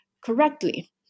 correctly